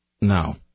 No